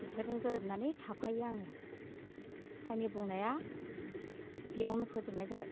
बिसोरजों गोरोबनानै थाफायो आङो आंनि बुंनाया बेयावनो फोजोबनाय जाबाय